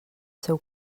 seu